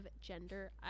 gender